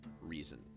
reason